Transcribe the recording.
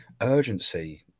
urgency